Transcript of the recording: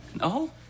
No